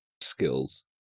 skills